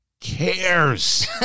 cares